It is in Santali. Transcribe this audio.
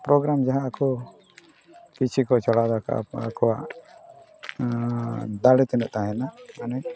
ᱯᱨᱳᱜᱨᱟᱢ ᱡᱟᱦᱟᱸ ᱟᱠᱚ ᱠᱤᱪᱷᱩ ᱠᱚ ᱪᱟᱞᱟᱣ ᱟᱠᱟᱜᱼᱟ ᱟᱠᱚᱣᱟᱜ ᱫᱟᱲᱮ ᱛᱤᱱᱟᱹᱜ ᱛᱟᱦᱮᱱᱟ ᱢᱟᱱᱮ